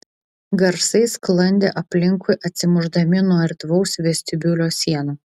garsai sklandė aplinkui atsimušdami nuo erdvaus vestibiulio sienų